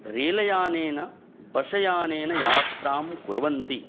रैलयानेन बशयानेन यात्रां कुर्वन्ति